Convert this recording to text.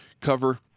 cover